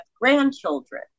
grandchildren